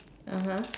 (uh huh)